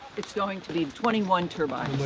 it's going to be twenty one turbines. but